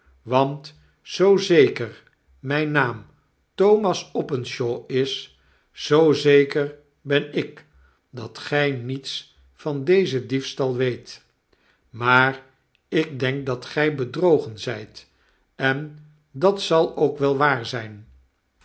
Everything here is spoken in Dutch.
want zoo zeker myn naam thomas openshaw is zoo zeker ben ik dat gy niets van dezen diefstal weet maar ik denk dat gij bedrogen zyt en dat zal ook wel waar zyn